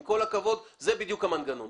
עם כל הכבוד, זה בדיוק המנגנון.